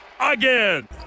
again